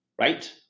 right